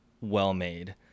well-made